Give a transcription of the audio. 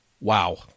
Wow